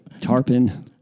tarpon